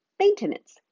maintenance